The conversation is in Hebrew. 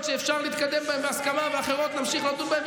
שאפשר להתקדם בהן בהסכמה ולהמשיך לדון באחרות,